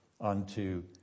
unto